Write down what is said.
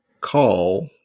call